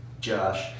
Josh